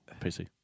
PC